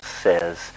says